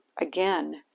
again